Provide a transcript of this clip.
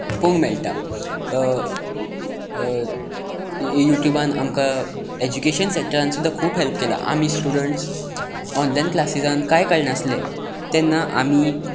पळोवंक मेळटा युट्यूबान आमकां एज्युकेशन सॅकटरांत सुद्दां खूब हॅल्प केलां आमी स्टुडंट्स ऑनलायन क्लासिसांत कांय कळनासलें तेन्ना आमी